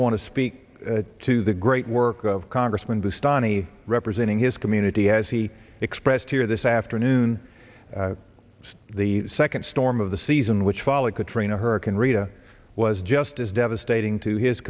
want to speak to the great work of congressman boustany representing his community as he expressed here this afternoon the second storm of the season which followed katrina hurricane rita was just as devastating to his